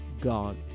God